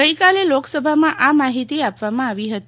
ગઈકાલે લોકસભામાં આ માહિતી આપવામાં આવી હતી